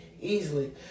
Easily